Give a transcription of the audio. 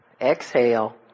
Exhale